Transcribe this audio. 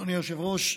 אדוני היושב-ראש,